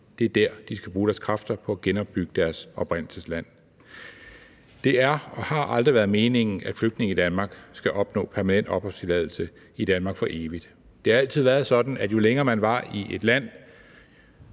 det er dér, de skal bruge deres kræfter på at genopbygge deres oprindelsesland. Det er ikke og har aldrig været meningen, at flygtninge i Danmark skal opnå permanent opholdstilladelse i Danmark, altså for evigt. Det har altid været sådan, at jo længere man var i et land,